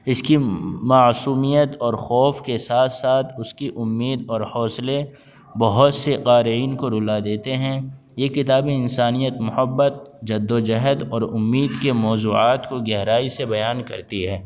اس کی معصومیت اور خوف کے ساتھ ساتھ اس کی امید اور حوصلے بہت سے قارئین کو رلا دیتے ہیں یہ کتابیں انسانیت محبت جدوجہد اور امید کے موضوعات کو گہرائی سے بیان کرتی ہے